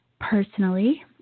personally